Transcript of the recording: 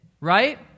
right